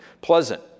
pleasant